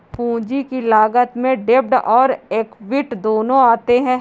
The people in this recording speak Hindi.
पूंजी की लागत में डेब्ट और एक्विट दोनों आते हैं